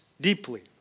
deeply